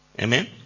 Amen